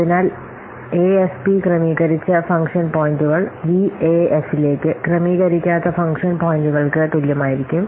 അതിനാൽ എഎഫ്പി ക്രമീകരിച്ച ഫംഗ്ഷൻ പോയിന്റുകൾ വിഎഎഫിലേക്ക് ക്രമീകരിക്കാത്ത ഫംഗ്ഷൻ പോയിൻറുകൾക്ക് തുല്യമായിരിക്കും